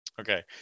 Okay